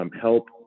help